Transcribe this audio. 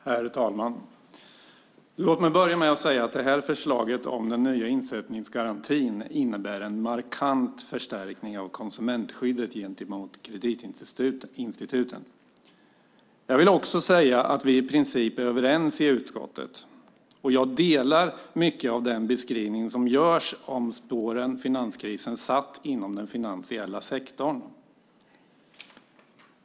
Herr talman! Låt mig börja med att säga att detta förslag om den nya insättningsgarantin innebär en markant förstärkning av konsumentskyddet gentemot kreditinstituten. Jag vill också säga att vi i princip är överens i utskottet. Jag håller med om mycket i den beskrivning som görs om de spår som finanskrisen satt inom den finansiella sektorn.